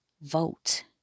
vote